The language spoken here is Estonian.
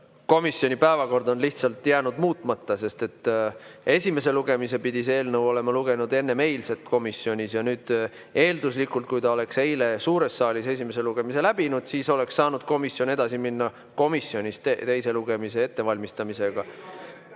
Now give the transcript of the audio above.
komisjoni päevakord on lihtsalt jäänud muutmata, sest esimese lugemise pidi see eelnõu olema enne eilset komisjonis läbinud, ja nüüd eelduslikult, kui ta oleks eile suures saalis esimese lugemise läbinud, siis oleks saanud komisjon edasi minna teise lugemise ettevalmistamisega.